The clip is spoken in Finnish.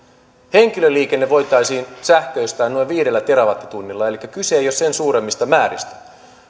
henkilöliikenne voitaisiin sähköistää noin viidellä terawattitunnilla elikkä kyse ei ole sen suuremmista määristä